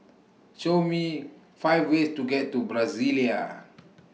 Show Me five ways to get to Brasilia